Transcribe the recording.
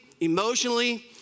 emotionally